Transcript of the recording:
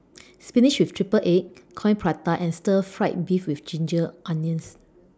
Spinach with Triple Egg Coin Prata and Stir Fried Beef with Ginger Onions